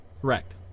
correct